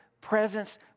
presence